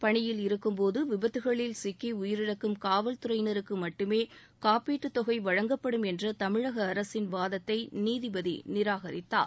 பணியில் இருக்கும்போது விபத்துகளில் சிக்கி உயிரிழக்கும் காவல்துறையினருக்கு மட்டுமே காப்பீட்டுத் தொகை வழங்கப்படும் என்ற தமிழக அரசின் வாதத்தை நீதிபதி நிராகரித்தார்